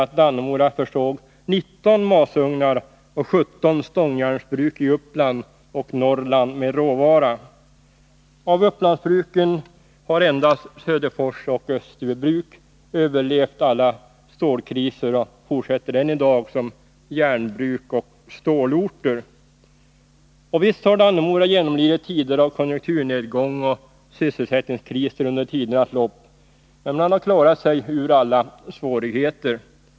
att Dannemora försåg 19 masugnar och 17 stångjärnsbruk i Uppland och Norrland med råvara. Av Upplandsbruken har endast Söderfors och Österbybruk överlevt alla stålkriser och fortsätter än i dag som järnbruk och stålorter. Visst har Dannemora genomlidit tider av konjunkturnedgång och sysselsättningskriser under tidernas lopp, men man har klarat sig ur alla svårigheter.